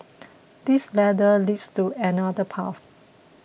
this ladder leads to another path